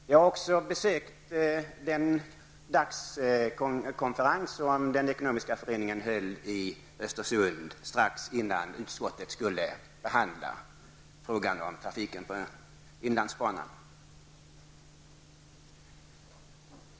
Jag har även besökt den endagskonferens som denna ekonomiska förening höll i Östersund strax innan utskottet skulle behandla frågan om trafiken på inlandsbanan.